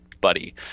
buddy